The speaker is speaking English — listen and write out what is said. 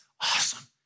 Awesome